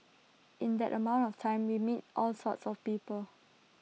in that amount of time we meet all sorts of people